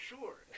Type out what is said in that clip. Sure